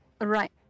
Right